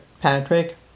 Patrick